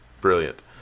brilliant